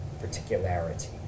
particularity